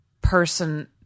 person-